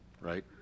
Right